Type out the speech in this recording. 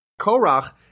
Korach